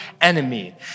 enemy